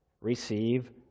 Receive